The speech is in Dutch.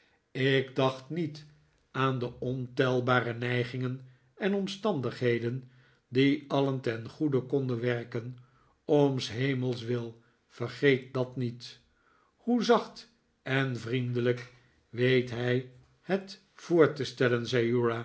ik dacht niet aan de ontelbare neigingen en omstandigheden die alien ten goede konden werken om s hemels wil vergeet dat niet hoe zacht en vriendelijk weet hij het voor te stellen